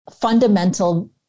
fundamental